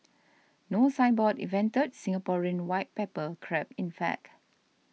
No Signboard invented Singaporean white pepper crab in fact